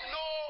no